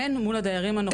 והן מול הדיירים הנוכחים.